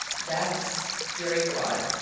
that's very broad.